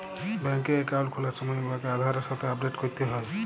ব্যাংকে একাউল্ট খুলার সময় উয়াকে আধারের সাথে আপডেট ক্যরতে হ্যয়